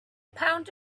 pound